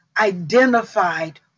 identified